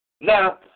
now